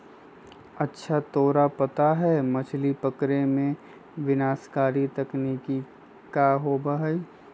अच्छा तोरा पता है मछ्ली पकड़े में विनाशकारी तकनीक का होबा हई?